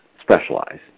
specialize